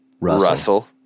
Russell